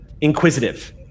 inquisitive